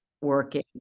working